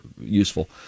useful